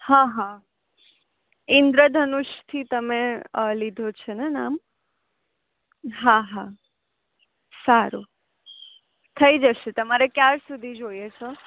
હા હા ઇંદ્રધનુષથી તમે લીધો છે ને નામ હા હા સારું થઈ જશે તમારે ક્યાર સુધી જોઈએ છે